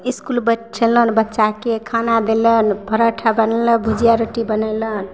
इसकुल बचलनि बच्चाके खाना देलनि परौठा बनेलनि भुजिआ रोटी बनेलनि